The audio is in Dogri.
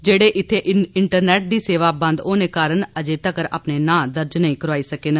जेह्ड़े इत्थें इंटरनेट दी सेवा बंद होने कारण अजें तगर अपने नां दर्ज नेईं करोआई सके न